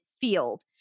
field